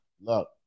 Look